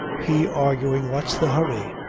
he arguing what's the hurry?